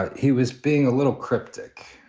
he was being a little cryptic.